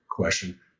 question